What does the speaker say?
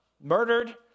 murdered